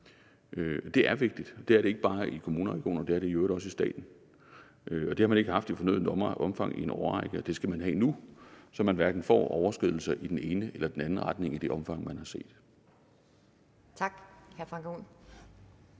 Det er vigtigt, og det er det ikke bare i kommuner og regioner, det er det også i staten, og det har man ikke haft i fornødent omfang i en årrække, men det skal man have nu, så man hverken får overskridelser i den ene eller anden retning, i det omfang man har set. Kl. 12:55 Anden